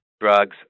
drugs